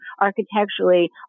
architecturally